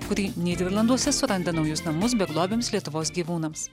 kuri nyderlanduose suranda naujus namus beglobiams lietuvos gyvūnams